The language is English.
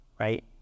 right